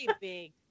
big